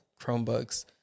chromebooks